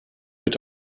mit